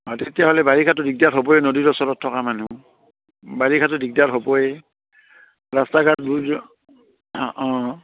অঁ তেতিয়াহ'লে বাৰিষাটো দিগদাৰ হ'বই নদীৰ ওচৰত থকা মানুুহ বাৰিষাটো দিগদাৰ হ'বই ৰাস্তা ঘাট বুৰ যোৱা অঁ অঁ